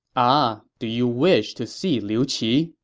um ah do you wish to see liu qi?